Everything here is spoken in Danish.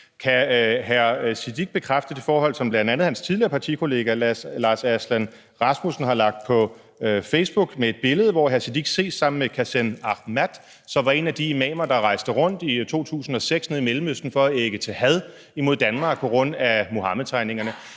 Sikandar Siddique bekræfte det forhold, som bl.a. hans tidligere partikollega Lars Aslan Rasmussen har lagt på Facebook, med et billede, hvor hr. Sikandar Siddique ses sammen med Kasem Ahmad, som var en af de imamer, der rejste rundt i 2006 nede i Mellemøsten for at ægge til had imod Danmark på grund af Muhammedtegningerne?